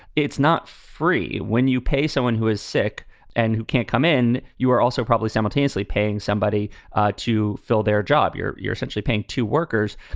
it's not free when you pay someone who is sick and who can't come in. you are also probably simultaneously paying somebody to fill their job. you're you're essentially paying to workers.